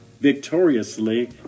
victoriously